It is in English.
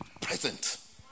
Present